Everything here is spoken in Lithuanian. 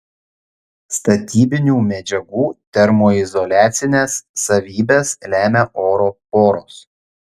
statybinių medžiagų termoizoliacines savybes lemia oro poros